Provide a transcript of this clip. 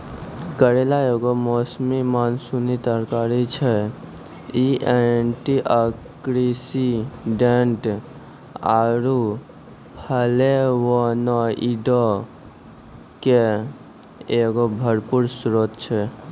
करेला एगो मौसमी मानसूनी तरकारी छै, इ एंटीआक्सीडेंट आरु फ्लेवोनोइडो के एगो भरपूर स्त्रोत छै